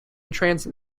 transit